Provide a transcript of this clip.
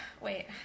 Wait